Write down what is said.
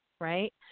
right